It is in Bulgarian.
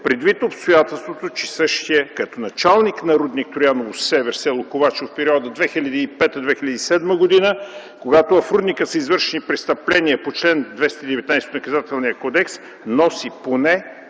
предвид обстоятелството, че същият, като началник на рудник „Трояново-север”, с. Ковачево в периода 2005-2007 г., когато в рудника са извършени престъпления по чл. 219 от Наказателния кодекс, носи поне